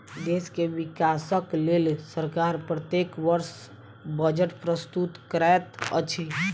देश के विकासक लेल सरकार प्रत्येक वर्ष बजट प्रस्तुत करैत अछि